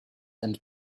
and